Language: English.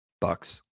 bucks